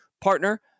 partner